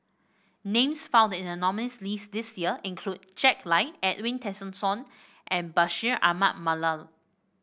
names found in the nominees list this year include Jack Lai Edwin Tessensohn and Bashir Ahmad Mallal